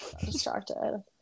distracted